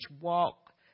walk